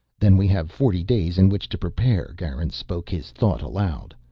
then we have forty days in which to prepare, garin spoke his thought aloud.